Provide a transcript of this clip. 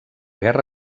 guerra